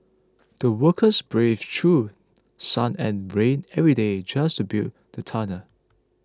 the workers braved through sun and rain every day just to build the tunnel